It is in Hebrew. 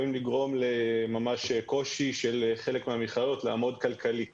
יכולים לגרום לקושי של ממש של חלק מהמכללות לעמוד כלכלית